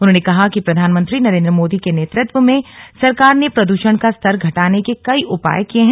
उन्होंने कहा कि प्रधानमंत्री नरेन्द्र मोदी के नेतृत्व में सरकार ने प्रदूषण का स्तर घटाने के कई उपाय किए हैं